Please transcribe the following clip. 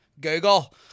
Google